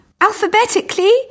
Alphabetically